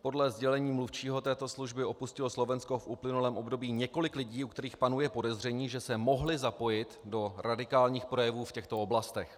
Podle sdělení mluvčího této služby opustilo Slovensko v uplynulém období několik lidí, u kterých panuje podezření, že se mohli zapojit do radikálních projevů v těchto oblastech.